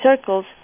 circles